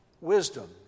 wisdom